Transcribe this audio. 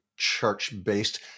church-based